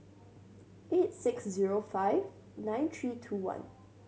eight six zero five nine three two one